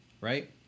right